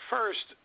First